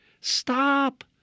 Stop